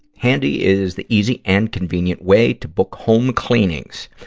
handy is the easy and convenient way to book home cleanings,